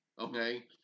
okay